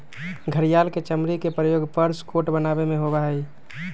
घड़ियाल के चमड़ी के प्रयोग पर्स कोट बनावे में होबा हई